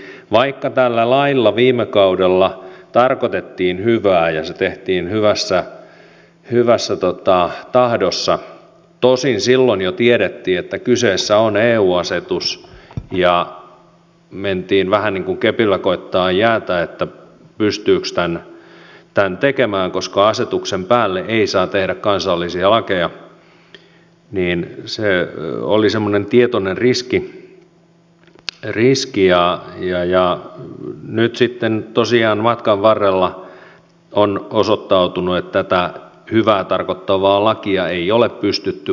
eli vaikka tällä lailla viime kaudella tarkoitettiin hyvää ja se tehtiin hyvässä tahdossa tosin silloin jo tiedettiin että kyseessä on eu asetus ja mentiin vähän niin kuin kepillä koettamaan jäätä että pystyykö tämän tekemään koska asetuksen päälle ei saa tehdä kansallisia lakeja se oli semmoinen tietoinen riski niin nyt sitten tosiaan matkan varrella on osoittautunut että tätä hyvää tarkoittavaa lakia ei ole pystytty valvomaan